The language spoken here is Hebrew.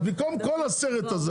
אז במקום כל הסרט הזה,